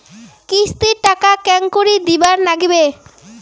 কিস্তির টাকা কেঙ্গকরি দিবার নাগীবে?